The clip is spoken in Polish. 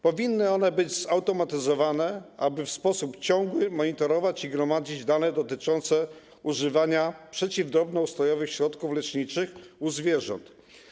Powinny one być zautomatyzowane, aby w sposób ciągły monitorować i gromadzić dane dotyczące używania przeciwdrobnoustrojowych środków leczniczych u zwierząt.